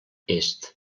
est